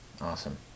Awesome